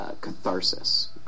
catharsis